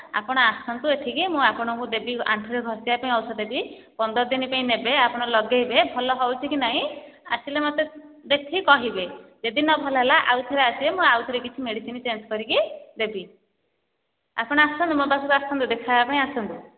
ଆପଣ ଆସନ୍ତୁ ଏଠିକି ମୁଁ ଆପଣଙ୍କୁ ଦେବି ଆଣ୍ଠୁରେ ଘଷିବା ପାଇଁ ଔଷଧ ଦେବି ପନ୍ଦର ଦିନ ପାଇଁ ନେବେ ଆପଣ ଲଗାଇବେ ଭଲ ହେଉଛି କି ନାହିଁ ଆସିଲେ ମୋତେ ଦେଖିକି କହିବେ ଯଦି ନ ଭଲ ହେଲା ଆଉଥରେ ଆସିବେ ମୁଁ ଆଉଥରେ କିଛି ମେଡ଼ିସିନ୍ ଚେଞ୍ଜ୍ କରିକି ଦେବି ଆପଣ ଆସନ୍ତୁ ମୋ ପାଖକୁ ଆସନ୍ତୁ ଦେଖା ହେବା ପାଇଁ ଆସନ୍ତୁ